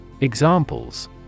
Examples